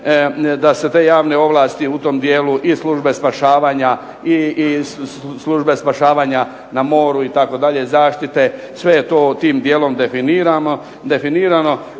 da se te javne ovlasti u tom dijelu i službe spašavanja i službe spašavanja na moru zaštite sve je to tim dijelom definirano.